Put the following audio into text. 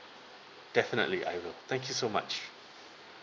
definitely I will thank you so much